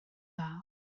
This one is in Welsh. dda